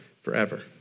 forever